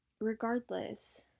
regardless